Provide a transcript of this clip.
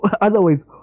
Otherwise